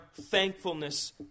thankfulness